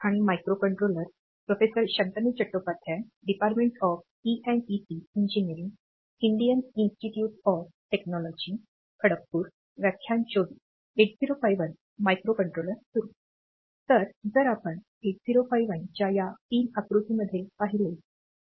तर जर आपण 8051 च्या या पिन आकृतीमध्ये पाहिले तर